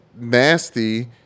nasty